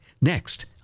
next